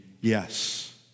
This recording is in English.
yes